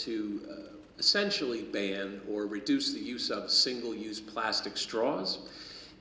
to essentially ban or reduce the use of single use plastic straws